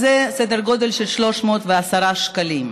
זה סדר גודל של 310 שקלים.